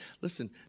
Listen